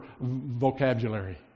vocabulary